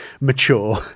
mature